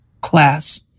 class